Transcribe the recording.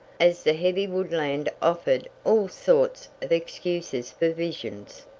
as the heavy woodland offered all sorts of excuses for visions.